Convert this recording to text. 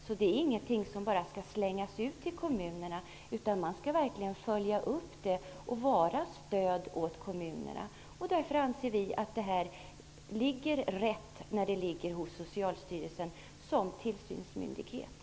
Det är alltså inte en uppgift som bara skall slängas ut till kommunerna, utan man skall verkligen följa upp arbetet och vara ett stöd åt kommunerna. Därför anser vi att det är rätt att ansvaret ligger hos